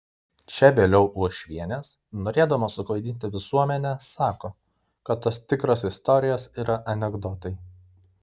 čia vėliau uošvienės norėdamos suklaidinti visuomenę sako kad tos tikros istorijos yra anekdotai